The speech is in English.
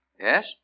Yes